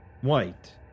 White